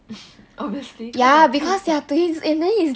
obviously cause like twins